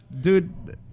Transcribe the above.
Dude